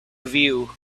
view